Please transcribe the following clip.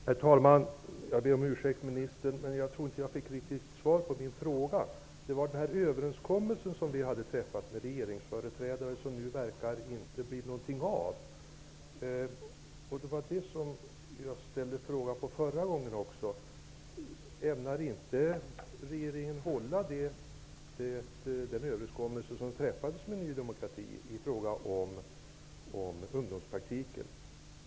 Herr talman! Jag ber om ursäkt, ministern, men jag tror inte att jag fick något riktigt svar på min fråga. Den handlade om den överenskommelse som vi träffade med regeringsföreträdare och som det nu inte verkar bli något av. Det var detta som jag ställde en fråga om även i förra repliken. Ämnar inte regeringen hålla den överenskommelse som träffades med Ny demokrati i fråga om ungdomspraktiken?